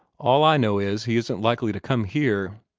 all i know is he isn't likely to come here,